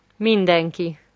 Mindenki